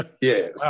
Yes